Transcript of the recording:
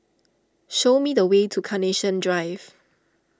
show me the way to Carnation Drive